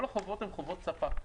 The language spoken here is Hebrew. כל החובות הן חובות ספק,